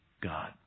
God